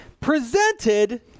presented